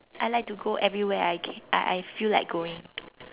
I like to go everywhere I can I I feel like going